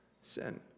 Sin